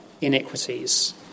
iniquities